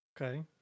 Okay